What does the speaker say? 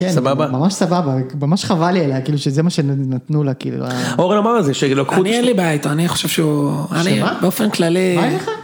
סבבה, ממש סבבה, ממש חבל לי עליה, כאילו שזה מה שנתנו לה, כאילו. אורל אמר על זה, שכאילו לקחו. אני אין לי בעיה איתו אני חושב שהוא. שמה? אני באופן כללי. מה אין לך?